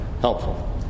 helpful